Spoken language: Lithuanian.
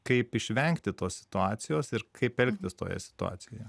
kaip išvengti tos situacijos ir kaip elgtis toje situacijoje